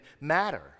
matter